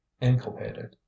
inculpated